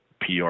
PR